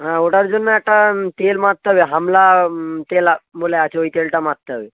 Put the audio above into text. হ্যাঁ ওটার জন্য একটা তেল মারতে হবে হামলা তেল বলে আছে ওই তেলটা মারতে হবে